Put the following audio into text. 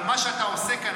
אבל מה שאתה עושה כאן,